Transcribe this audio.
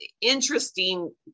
interesting